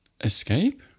Escape